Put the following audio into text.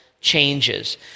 changes